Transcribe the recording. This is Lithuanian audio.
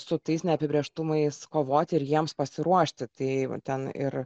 su tais neapibrėžtumais kovoti ir jiems pasiruošti tai va ten ir